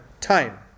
time